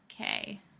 okay